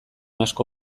asko